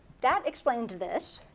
that explains this.